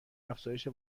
افزایش